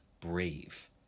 brave